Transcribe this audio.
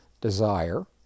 desire